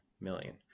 million